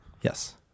Yes